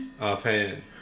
offhand